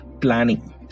planning।